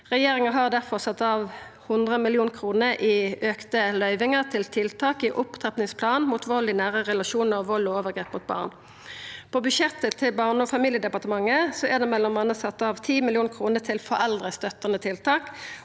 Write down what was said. Regjeringa har difor sett av 100 mill. kr til auka løyvingar til tiltak i opptrappingsplanen mot vald i nære relasjonar og vald og overgrep mot barn. På budsjettet til Barne- og familiedepartementet er det m.a. sett av 10 mill. kr til foreldrestøttande tiltak